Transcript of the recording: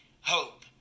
Hope